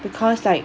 because like